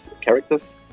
characters